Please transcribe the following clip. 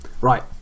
Right